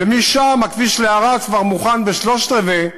ומשם הכביש לערד, כבר מוכנים שלושה-רבעים,